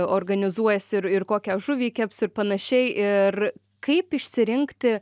organizuojasi ir ir kokią žuvį keps ir panašiai ir kaip išsirinkti